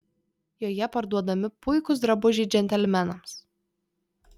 joje parduodami puikūs drabužiai džentelmenams